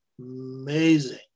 Amazing